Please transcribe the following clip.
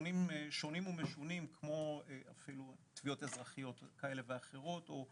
בכיוונים שונים ומשונים כמו תביעות אזרחיות כאלה ואחרות.